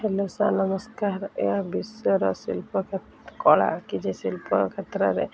hello sir ନମସ୍କାର ଏହା ବିଶ୍ଵର ଶିଳ୍ପ କ କଳା କିଛି ଶିଳ୍ପ କ୍ଷେତ୍ରରେ